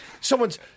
someone's